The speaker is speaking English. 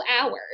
hours